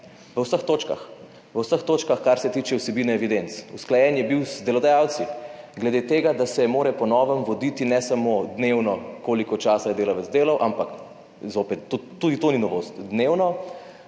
V vseh točkah kar se tiče vsebine evidenc. Usklajen je bil z delodajalci glede tega, da se mora po novem voditi ne samo dnevno, koliko časa je delavec delal, ampak zopet, tudi to ni novost,